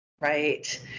right